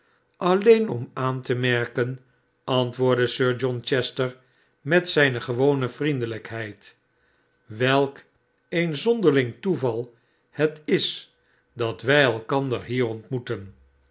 aueen om aan te merken antwoordde sir john chester met zijne gewone vriendelijkheid welk een zonderling toeval het is dat wij elkander hier ontmoeten